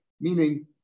meaning